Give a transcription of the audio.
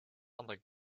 other